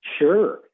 Sure